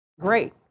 great